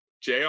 JR